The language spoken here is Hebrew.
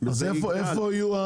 אז איפה יהיו?